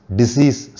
disease